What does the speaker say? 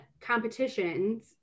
competitions